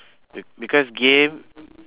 be~ because game